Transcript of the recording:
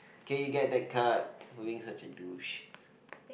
K you get that card for being such a douche